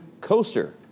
coaster